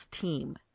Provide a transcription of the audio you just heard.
team